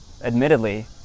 admittedly